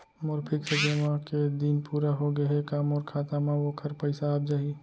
मोर fix जेमा के दिन पूरा होगे हे का मोर खाता म वोखर पइसा आप जाही?